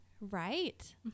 right